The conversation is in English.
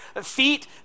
feet